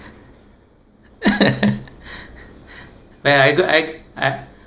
when I go I I